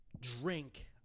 drink